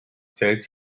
zählt